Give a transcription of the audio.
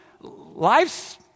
life's